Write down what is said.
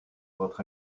votre